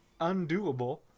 undoable